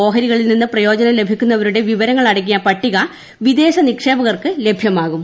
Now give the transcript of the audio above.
ഓഹരികളിൽ നിന്ന് പ്രയോജനം ലഭിക്കുന്നവരുടെ വിവരങ്ങളടങ്ങിയ പട്ടിക വിദേശനിക്ഷേപകർക്ക് ലഭ്യമാക്കും